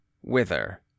whither